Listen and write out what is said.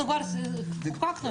אנחנו כבר חוקקנו את זה.